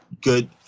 good